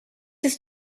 ist